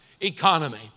economy